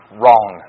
wrong